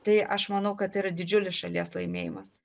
tai aš manau kad tai yra didžiulis šalies laimėjimas